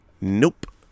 Nope